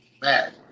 bad